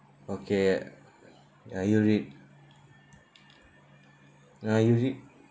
okay ya you read uh you read